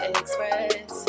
express